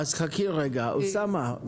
אוסמה,